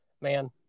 man